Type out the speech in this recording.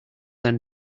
than